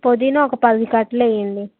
పుదీనా ఒక పది కట్టలు వేయండి